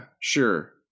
sure